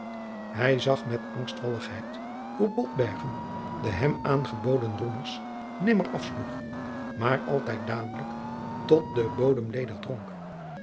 hij zag met angstvalligheid hoe botbergen de hem aangeboden roemers nimmer afsloeg maar altijd dadelijk lot den bodem ledig